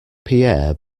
pierre